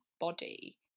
body